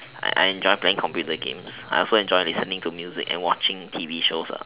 I I enjoy playing computer games I also enjoy listening to music and watching T_V shows